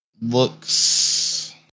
looks